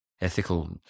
ethical